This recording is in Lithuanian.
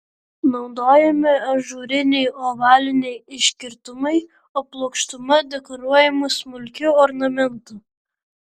naudojami ažūriniai ovaliniai iškirtimai o plokštuma dekoruojama smulkiu ornamentu